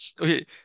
okay